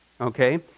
Okay